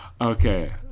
Okay